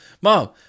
Mom